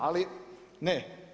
Ali ne.